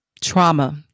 trauma